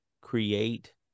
create